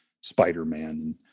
Spider-Man